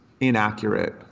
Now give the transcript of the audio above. inaccurate